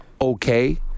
okay